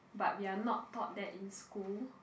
but we're not taught that in school